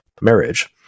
marriage